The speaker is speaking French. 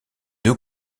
deux